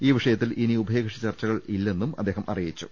ഈ വിഷ യത്തിൽ ഇനി ഉഭയകക്ഷി ചർച്ചകളില്ലെന്നും അദ്ദേഹം അറിയിച്ചു